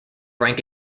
rank